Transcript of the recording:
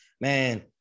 man